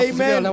Amen